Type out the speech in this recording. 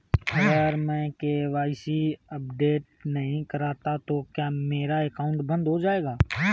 अगर मैं KYC update नहीं करता तो क्या मेरा अकाउंट बंद हो जाएगा?